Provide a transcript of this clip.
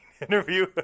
interview